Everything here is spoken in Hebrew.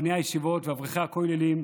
בני הישיבות ואברכי הכוללים,